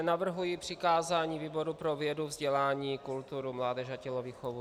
Navrhuji přikázání výboru pro vědu, vzdělání, kulturu, mládež a tělovýchovu.